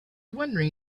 wondering